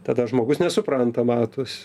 tada žmogus nesupranta matos